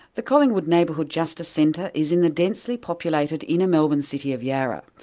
the collingwood neighbourhood justice centre is in the densely populated inner-melbourne city of yarra,